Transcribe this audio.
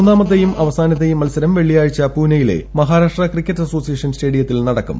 മൂന്നാമത്തെയും അവസാനത്തെയും മത്സരം വെള്ളിയാഴ്ച പൂനെയിലെ മഹാരാഷ്ട്ര ക്രിക്കറ്റ് അസോസിയേഷൻ സ്റ്റേഡിയത്തിൽ നടക്കും